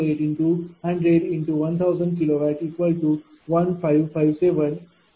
48 kW